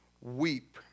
weep